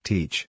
Teach